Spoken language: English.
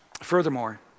Furthermore